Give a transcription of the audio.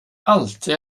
alltid